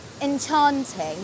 enchanting